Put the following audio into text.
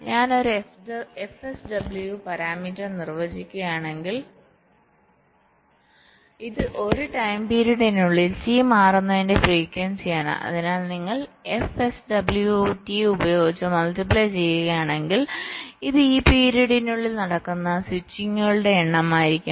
ഞാൻ ഒരു fSW parameter നിർവചിക്കുകയാണെങ്കിൽ ഇത് ഒരു ടൈം പീരീഡ്നുള്ളിൽ T മാറുന്നതിന്റെ ഫ്രിക്വൻസിയാണ് അതിനാൽ നിങ്ങൾ f SW Tഉപയോഗിച്ച് മൾട്ടിപ്ലൈ ചെയ്യുകയാണെങ്കിൽ ഇത് ഈ പീരീഡ്നുള്ളിൽ നടക്കുന്ന സ്വിച്ചിംഗുകളുടെ എണ്ണമായിരിക്കും